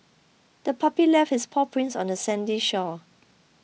the puppy left its paw prints on the sandy shore